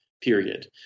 Period